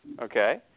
Okay